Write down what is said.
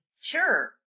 Sure